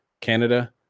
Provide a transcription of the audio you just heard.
Canada